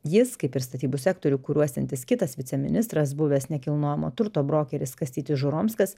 jis kaip ir statybų sektorių kuriuosiantis kitas viceministras buvęs nekilnojamo turto brokeris kastytis žuromskas